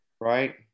Right